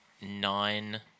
nine